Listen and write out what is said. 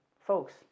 folks